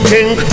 King